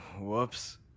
whoops